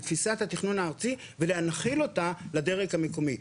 בתפיסת התכנון הארצי ולהנחיל אותה לדרג המקומי.